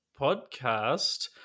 podcast